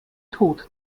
tod